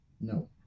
No